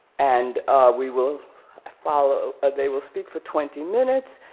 and we will ah follow, they will speak for twenty minutes,